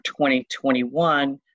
2021